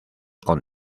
con